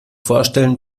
vorstellen